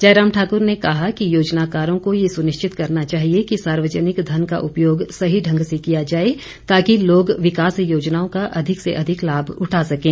जयराम ठाकुर ने कहा कि योजनाकारों को ये सुनिश्चित करना चाहिए कि सार्वजनिक धन का उपयोग सही ढंग से किया जाए ताकि लोग विकास योजनाओं का अधिक से अधिक लाभ उठा सकें